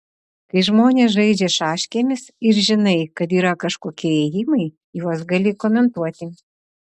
kai žmonės žaidžia šaškėmis ir žinai kad yra kažkokie ėjimai juos gali komentuoti